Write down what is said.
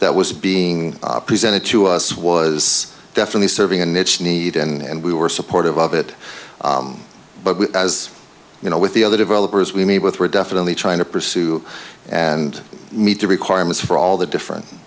that was being presented to us was definitely serving a niche need and we were supportive of it but as you know with the other developers we meet with we're definitely trying to pursue and meet the requirements for all the different